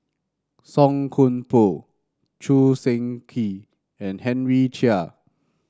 Song Koon Poh Choo Seng Quee and Henry Chia